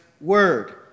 word